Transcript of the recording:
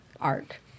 arc